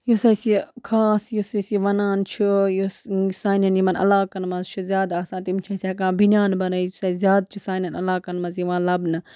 یُس اَسہِ یہِ خاص یُس أسۍ یہِ وَنان چھِ یُس سانٮ۪ن یِمَن علاقَن منٛز چھِ زیادٕ آسان تِم چھِ اَسہِ ہٮ۪کان بٔنیان بَنٲیِتھ یُس اَسہِ زیادٕ چھِ سانٮ۪ن علاقَن منٛز یِوان لَبنہٕ